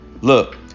look